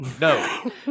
No